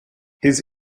his